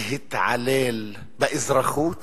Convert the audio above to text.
להתעלל באזרחות